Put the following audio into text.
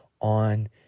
on